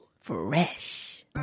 Fresh